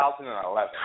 2011